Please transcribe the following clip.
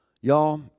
Y'all